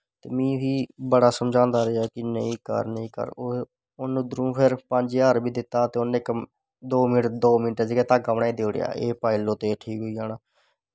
ते में उसी बड़ा समझांदे रेहा कि नेंई कर नेंई कर उन्न उध्दर फिर पंज हद़ार बी दित्ता ते उनैं दो मैंट च गै धागा बनाई देई ओड़ेआ एह् पाई लैओ चे ठीक होई जाना